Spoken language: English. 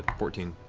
fourteen.